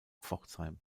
pforzheim